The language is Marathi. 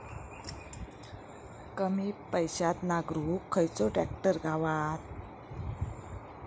कमी पैशात नांगरुक खयचो ट्रॅक्टर गावात?